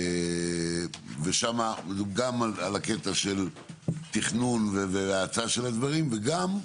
ושם גם על הקטע של תכנון והאצה של הדברים וגם,